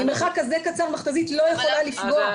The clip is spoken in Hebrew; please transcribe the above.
ממרחק כזה קצר מכת"זית לא יכולה לפגוע.